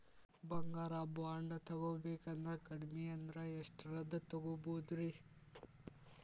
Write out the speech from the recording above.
ಬಂಗಾರ ಬಾಂಡ್ ತೊಗೋಬೇಕಂದ್ರ ಕಡಮಿ ಅಂದ್ರ ಎಷ್ಟರದ್ ತೊಗೊಬೋದ್ರಿ?